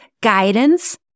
guidance